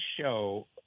show